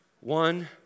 One